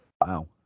Wow